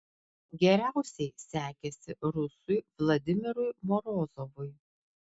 geriausiai sekėsi rusui vladimirui morozovui